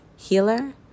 healer